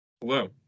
hello